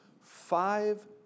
five